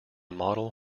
model